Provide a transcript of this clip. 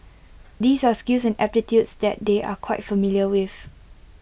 these are skills and aptitudes that they are quite familiar with